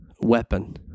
weapon